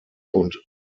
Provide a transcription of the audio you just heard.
und